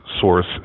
source